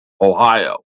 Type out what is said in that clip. Ohio